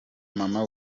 mama